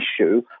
issue